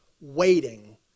waiting